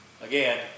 Again